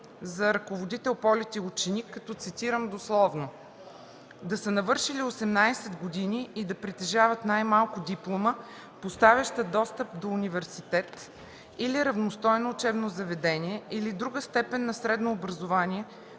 за ръководител полети – ученик, като цитирам дословно: „да са навършили 18 години и да притежават най-малко диплома, предоставяща достъп до университет или равностойно учебно заведение, или друга степен на средно образование,